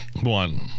One